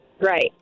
Right